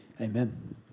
amen